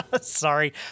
Sorry